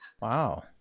Wow